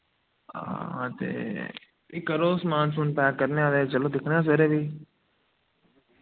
हां ते फ्ही करो समान समुन पैक करने आं ते चलो दिक्खने आं सवेरै फ्ही